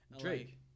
Drake